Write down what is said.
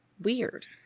weird